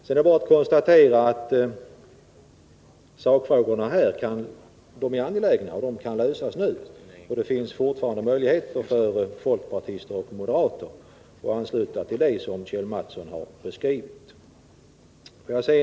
Sedan kan man bara konstatera att sakfrågorna är angelägna och kan lösas nu, och det finns fortfarande möjlighet för folkpartister och moderater att ansluta sig till den uppfattning som Kjell Mattsson har givit uttryck åt.